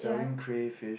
yeah